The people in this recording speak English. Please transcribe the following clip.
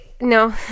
no